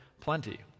plenty